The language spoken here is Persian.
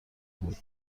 بود